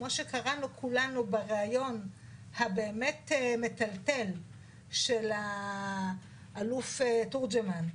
כמו שקראנו כולנו בריאיון באמת המטלטל של האלוף תורג'מן,